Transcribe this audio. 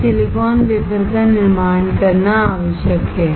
एक silicon wafer का निर्माण करना आवश्यक है